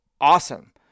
awesome